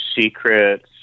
secrets